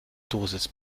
dosis